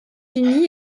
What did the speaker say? unis